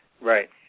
Right